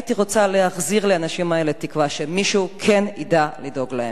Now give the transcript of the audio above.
הייתי רוצה להחזיר לאנשים האלה תקווה שמישהו כן ידע לדאוג להם.